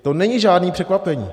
To není žádné překvapení.